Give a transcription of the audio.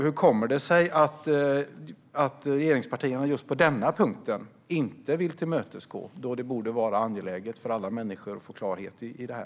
Hur kommer det sig att regeringspartierna inte vill tillmötesgå oss på just denna punkt? Det borde ju vara angeläget för alla människor att få klarhet i detta.